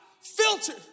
filtered